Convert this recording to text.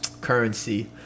Currency